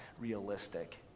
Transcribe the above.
realistic